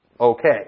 Okay